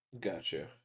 Gotcha